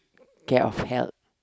care of help